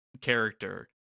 character